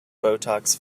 botox